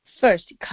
first